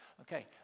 Okay